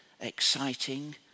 exciting